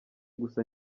gusa